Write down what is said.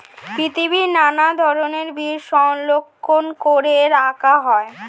পৃথিবীর নানা ধরণের বীজ সংরক্ষণ করে রাখা হয়